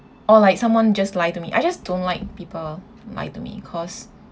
or like someone just lie to me I just don't like people lie to me because